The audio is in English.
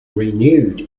renewed